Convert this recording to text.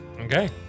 Okay